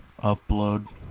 upload